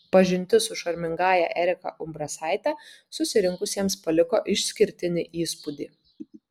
pažintis su šarmingąja erika umbrasaite susirinkusiems paliko išskirtinį įspūdį